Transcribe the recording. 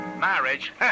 Marriage